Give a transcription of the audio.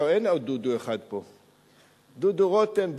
דודו רותם,